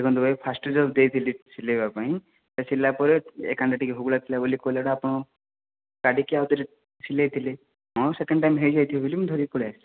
ଦେଖନ୍ତୁ ଭାଇ ଫାଷ୍ଟରେ ଯେଉଁ ଦେଇଥିଲି ସିଲେଇବା ପାଇଁ ସେ ସିଲା ପରେ ଏ କାନ୍ଧ ଟିକେ ହୁଗୁଳା ଥିଲା ବୋଲି କହିଲାରୁ ଆପଣ ଛାଡ଼ିକି ଆଉ ଥରେ ସିଲେଇ ଥିଲେ ହଁ ସେକେଣ୍ଡ୍ ଟାଇମ୍ ହେଇଯାଇଥିବ ବୋଲି ମୁଁ ଧରିକି ପଳେଇ ଆସିଲି